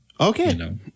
Okay